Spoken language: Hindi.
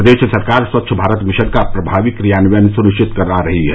प्रदेश सरकार स्वच्छ भारत मिशन का प्रभावी क्रियान्वयन सुनिश्चित करा रही है